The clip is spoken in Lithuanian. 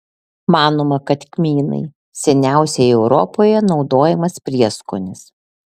manoma kad kmynai seniausiai europoje naudojamas prieskonis